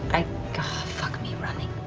i fuck me running.